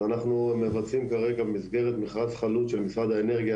אנחנו מבצעים כרגע במסגרת מכרז חלוט של משרד האנרגיה